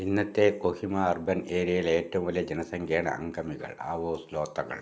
ഇന്നത്തെ കൊഹിമ അർബൻ ഏരിയയിലെ ഏറ്റവും വലിയ ജനസംഖ്യയേടെ അംഗമികൾ ആവോസ് ലോത്തകൾ